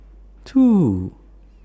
two